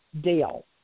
deal